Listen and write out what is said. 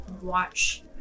watch